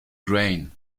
grain